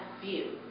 view